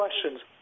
questions